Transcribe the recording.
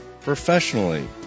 professionally